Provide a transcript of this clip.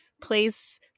place